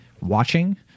watching